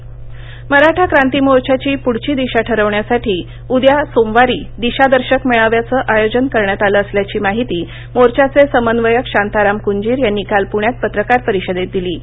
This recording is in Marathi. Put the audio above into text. मराठाक्रांतीः मराठा क्रांतीमोर्चाची पुढची दिशा ठरवण्यासाठी उद्या सोमवारी दिशादर्शक मेळाव्याचं आयोजन करण्यात आलं असल्याची माहीती मोर्चाचे समन्वयक शांताराम कुंजीर यांनी काल पृण्यात पत्रकार परिषदेत दिली